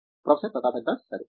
professor Pratap Haridas సరే